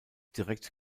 direkt